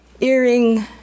Earring